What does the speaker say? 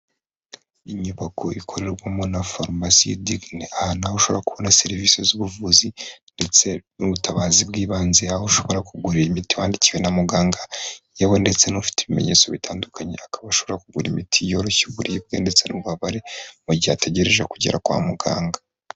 Inyubako ikorerwamo na farumasi Digine A. Aho ushobora kubona serivisi z'ubuvuzi ndetse n'ubutabazi bw'ibanze. Aho ushobora kugurira imiti wandikiwe na muganga, yewe ndetse n'ufite ibimenyetso bitandukanye, akaba ashobora kugura imiti yoroshya uburibwe ndetse n'ububabare, mu gihe ategereje kugera kwa muganga.